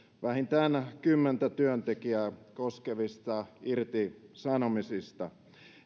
vähintään kymmentä työntekijää koskevista irtisanomisista